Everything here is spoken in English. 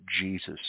Jesus